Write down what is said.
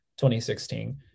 2016